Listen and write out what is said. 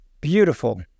beautiful